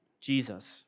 Jesus